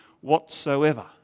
whatsoever